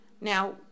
Now